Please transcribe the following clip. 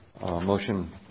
Motion